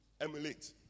Emulate